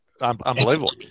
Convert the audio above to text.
Unbelievable